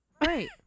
Right